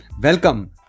welcome